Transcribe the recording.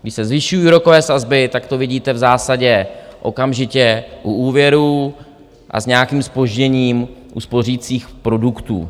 Když se zvyšují úrokové sazby, tak to vidíte v zásadě okamžitě u úvěrů, a s nějakým zpožděním u spořících produktů.